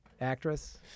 Actress